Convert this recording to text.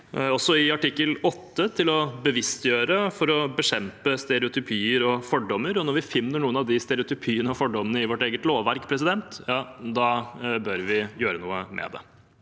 også i artikkel 8, til å bevisstgjøre for å bekjempe stereotypier og fordommer. Når vi finner noen av de stereotypiene og fordommene i vårt eget lovverk, bør vi gjøre noe med det.